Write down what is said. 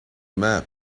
map